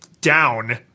down –